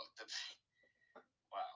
Wow